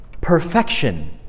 perfection